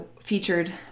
featured